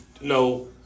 No